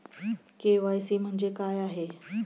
KYC म्हणजे काय आहे?